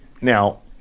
now